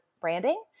branding